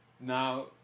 Now